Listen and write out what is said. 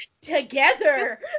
together